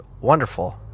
wonderful